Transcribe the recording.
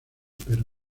pero